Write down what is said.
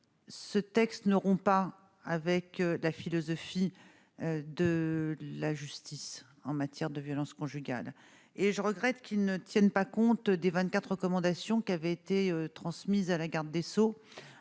ce texte n'auront pas avec la philosophie de la justice en matière de violence conjugale et je regrette qu'ils ne tiennent pas compte des 24 recommandations qui avaient été transmises à la garde des Sceaux,